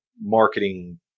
marketing